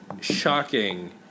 shocking